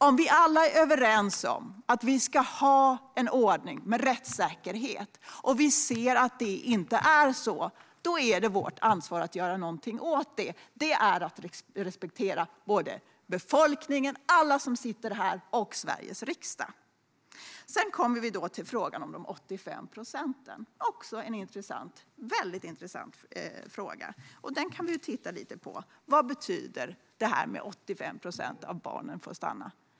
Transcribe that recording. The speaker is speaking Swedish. Om vi alla är överens om att vi ska ha en ordning med rättssäkerhet och vi ser att det inte är så är det vårt ansvar att göra någonting åt det. Det är att respektera befolkningen, alla som sitter här och Sveriges riksdag. Sedan kommer vi då till frågan om de 85 procenten. Det är också en väldigt intressant fråga som vi kan titta lite på. Vad betyder det här med att 85 procent av barnen får stanna?